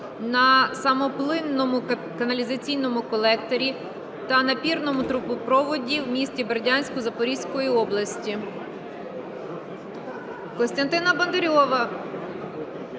на самопливному каналізаційному колекторі та напірному трубопроводі у місті Бердянську Запорізької області.